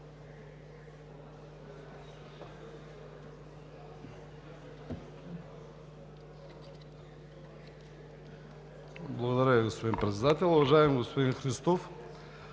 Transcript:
Благодаря Ви, господин Председател. Уважаеми господин Христов,